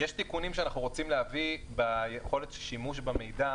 יש תיקונים שאנחנו רוצים להביא ביכולת שימוש במידע,